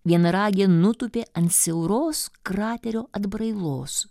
vienaragė nutūpė ant siauros kraterio atbrailos